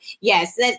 yes